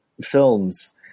films